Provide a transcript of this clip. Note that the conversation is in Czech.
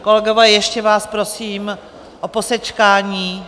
Kolegové, ještě vás prosím o posečkání.